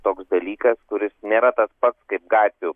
toks dalykas kuris nėra tas pats kaip gatvių